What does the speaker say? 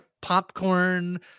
popcorn